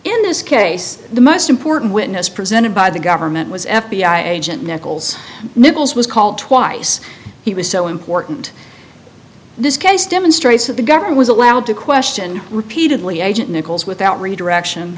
in this case the most important witness presented by the government was f b i agent nichols nichols was called twice he was so important this case demonstrates that the government was allowed to question repeatedly agent nichols without redirection